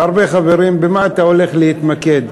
והרבה חברים: במה אתה הולך להתמקד?